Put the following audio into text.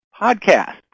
podcast